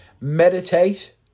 Meditate